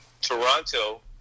Toronto